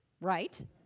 right